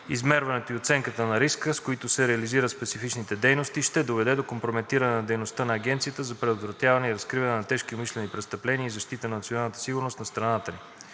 Измерването и оценката на риска, с които се реализират специфичните дейности, ще доведе до компрометиране на дейността на Агенцията за предотвратяване и разкриване на тежки умишлени престъпления и защита на националната сигурност на страната ни.